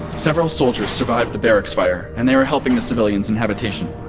several soldiers survived the barracks fire, and they are helping the civilians in habitation.